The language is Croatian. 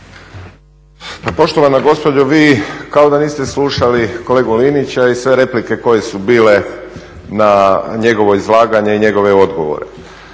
poštovana gospođo, vi kao da niste slušali kolegu Linića i sve replike koje su bile na njegovo izlaganje i njegove odgovore.